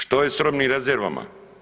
Što je sa robnim rezervama?